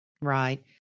Right